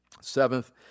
Seventh